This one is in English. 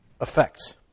effects